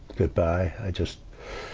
goodbye. i just,